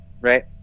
Right